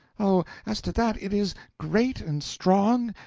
oh, as to that, it is great, and strong,